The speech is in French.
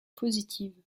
positive